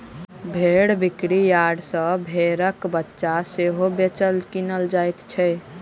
भेंड़ बिक्री यार्ड सॅ भेंड़क बच्चा के सेहो बेचल, किनल जाइत छै